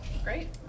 Great